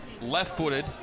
left-footed